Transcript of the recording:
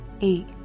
Eight